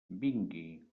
vingui